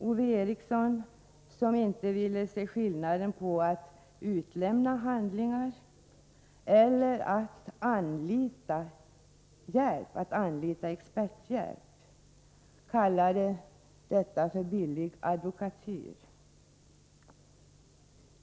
Ove Eriksson, som inte vill se skillnaden mellan att utlämna handlingar och att anlita experthjälp, kallade detta för billig advokatyr.